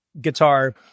guitar